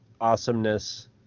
awesomeness